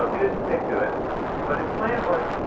hope he didn't stick to it but his plan was,